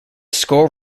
score